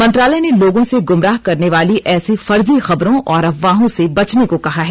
मंत्रालय ने लोगों से गुमराह करने वाली ऐसी फर्जी खबरों और अफवाहों से बचने को कहा है